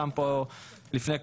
שם את זה פה לפני כולם.